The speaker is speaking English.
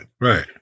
Right